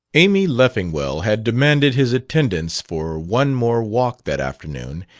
amy leffingwell had demanded his attendance for one more walk, that afternoon,